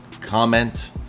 Comment